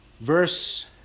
verse